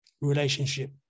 relationship